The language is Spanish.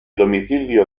domicilio